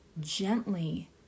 gently